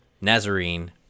nazarene